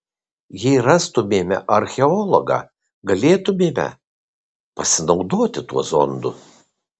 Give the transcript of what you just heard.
jei rastumėme archeologą galėtumėme pasinaudoti tuo zondu